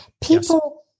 people